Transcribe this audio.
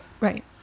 Right